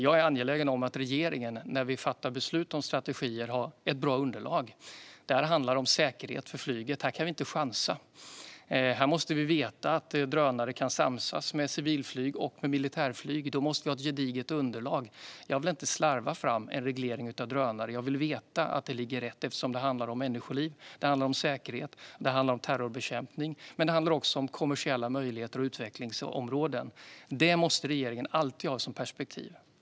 Jag är angelägen om att regeringen, när vi fattar beslut om strategier, har ett bra underlag. Detta handlar om säkerhet för flyget. Här kan vi inte chansa, utan här måste vi veta att drönare kan samsas med civilflyg och militärflyg. Då måste vi ha ett gediget underlag. Jag vill inte slarva fram en reglering av drönare. Jag vill veta att det ligger rätt, eftersom det handlar om människoliv, säkerhet och terrorbekämpning, men det handlar också om kommersiella möjligheter och utvecklingsområden. Det måste regeringen alltid ha som perspektiv.